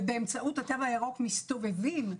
ובאמצעות התו הירוק מסתובבים,